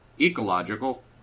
Ecological